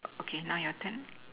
okay now your turn